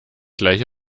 gleich